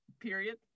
Period